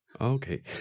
Okay